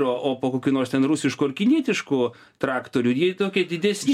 o po kokiu nors ten rusišku ar kinietišku traktoriu jie tokie didesni